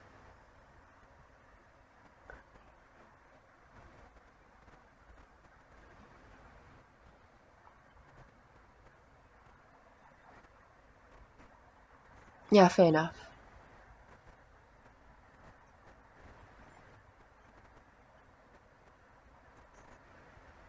ya fair enough